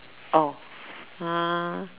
oh uh